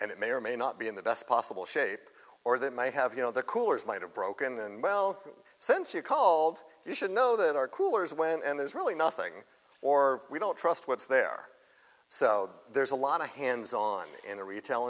and it may or may not be in the best possible shape or they may have you know their coolers might have broken and well since you called you should know that our coolers away and there's really nothing or we don't trust what's there so there's a lot of hands on in the retail